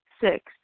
Six